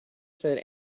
said